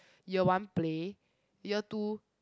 year one play year two